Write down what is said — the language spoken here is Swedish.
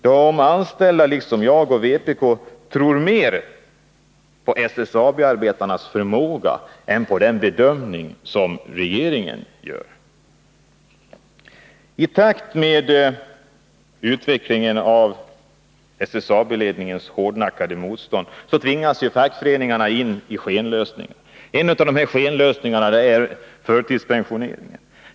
De anställda, liksom jag och vpk, tror mer på SSAB-arbetarnas förmåga än på den bedömning som regeringen gör. I takt med utvecklingen och SSAB-ledningens hårdnackade motstånd tvingas fackföreningarna in i skenlösningar. En av dessa är förtidspensioneringen.